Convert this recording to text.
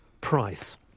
price